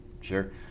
Sure